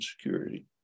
security